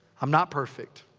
i'm not perfect.